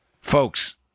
Folks